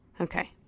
Okay